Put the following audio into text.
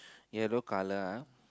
yellow colour ah